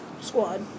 squad